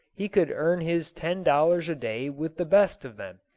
he could earn his ten dollars a day with the best of them.